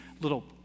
little